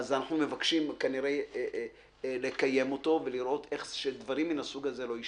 אז אנחנו מבקשים לקיים אותו ולראות איך דברים מן הסוג הזה לא יישנו.